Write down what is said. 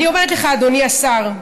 אני אומרת לך, אדוני השר,